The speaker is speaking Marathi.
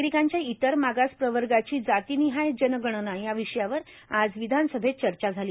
नागरिकांच्या इतर मागासप्रवर्गाची जातीनिहाय जनगणना या विषयावर आज विधानसभेत चर्चा झाली